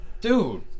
Dude